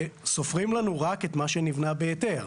סופרים לנו רק את מה שנבנה בהיתר.